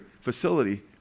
facility